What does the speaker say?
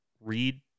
read